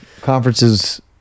conferences